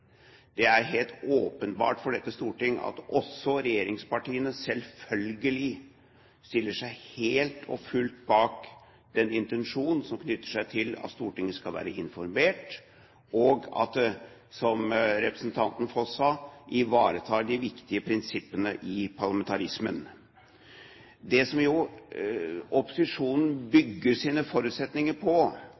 Det er helt åpenbart for dette storting at regjeringspartiene selvfølgelig stiller seg helt og fullt bak den intensjon som knytter seg til at Stortinget skal være informert, og at det, som representanten Foss sa, ivaretar de viktige prinsippene i parlamentarismen. Det som opposisjonen bygger sine forutsetninger på,